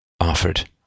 offered